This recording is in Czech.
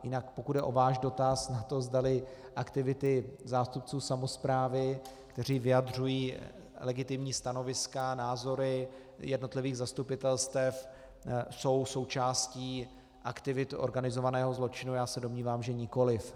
Jinak pokud jde o váš dotaz na to, zdali aktivity zástupců samosprávy, kteří vyjadřují legitimní stanoviska, názory jednotlivých zastupitelstev, jsou součástí aktivit organizovaného zločinu, domnívám se že nikoli.